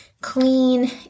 clean